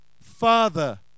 Father